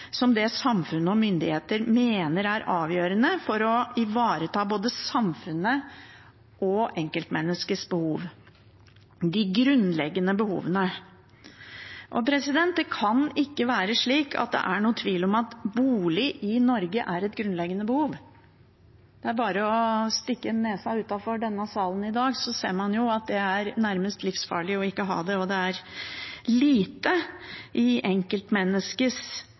som det samfunnet og myndigheter mener er avgjørende for å ivareta både samfunnets og enkeltmenneskets behov, de grunnleggende behovene. Det kan ikke være noen tvil om at bolig er et grunnleggende behov i Norge. Det er bare å stikke nesa utenfor denne salen i dag, så ser man jo at det er nærmest livsfarlig å ikke ha det. Det er lite i